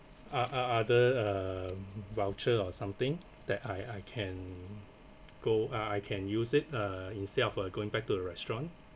uh uh other uh voucher or something that I I can go uh I can use it uh instead of uh going back to the restaurant